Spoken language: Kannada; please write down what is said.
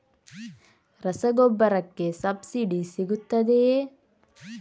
ರಸಗೊಬ್ಬರಕ್ಕೆ ಸಬ್ಸಿಡಿ ಸಿಗುತ್ತದೆಯೇ?